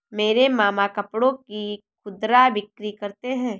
मेरे मामा कपड़ों की खुदरा बिक्री करते हैं